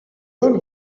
don’t